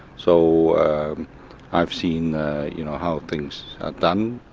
so i've seen you know how things are done.